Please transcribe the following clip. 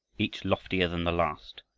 each loftier than the last,